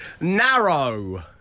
Narrow